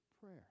prayer